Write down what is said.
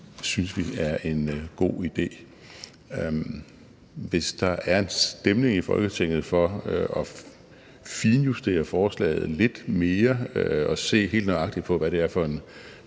synes vi er en god idé. Hvis der er en stemning i Folketinget for at finjustere forslaget lidt mere og se helt nøjagtigt på, hvad det er for en